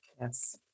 Yes